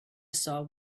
saw